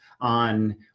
on